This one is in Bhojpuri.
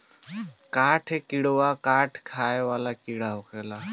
काठ किड़वा काठ खाए वाला कीड़ा होखेले